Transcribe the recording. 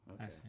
okay